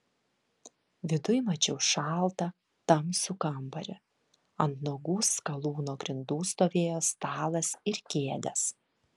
viduj mačiau šaltą tamsų kambarį ant nuogų skalūno grindų stovėjo stalas ir kėdės